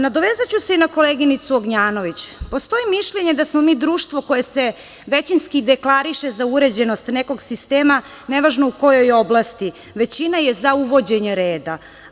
Nadovezaću se i na koleginicu Ognjanović, postoji mišljenje da smo mi društvo koje se većinski deklariše za uređenost nekog sistema, nevažno u kojoj oblasti, većina je za uvođenje reda.